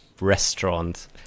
restaurant